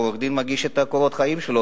עורך-דין מגיש את קורות החיים שלו,